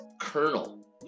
kernel